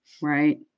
Right